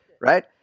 Right